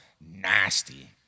nasty